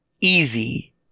easy